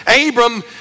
Abram